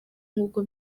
nk’uko